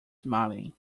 smiling